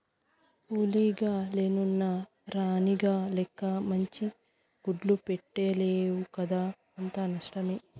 కూలీగ లెన్నున్న రాణిగ లెక్క మంచి గుడ్లు పెట్టలేవు కదా అంతా నష్టమే